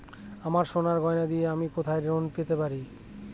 আমার সোনার গয়নার দিয়ে আমি কোথায় ঋণ পেতে পারি?